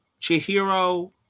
Chihiro